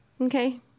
Okay